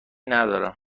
ندارم